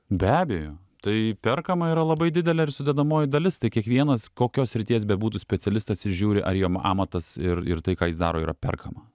be abejo tai perkama yra labai didelė ir sudedamoji dalis tai kiekvienas kokios srities bebūtų specialistas jis žiūri ar jo amatas ir ir tai ką jis daro yra perkama